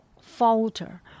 falter